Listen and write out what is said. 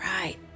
right